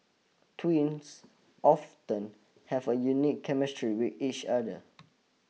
twins often have a unique chemistry wit each other